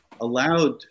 allowed